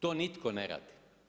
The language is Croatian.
To nitko ne radi.